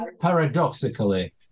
paradoxically